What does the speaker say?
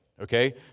okay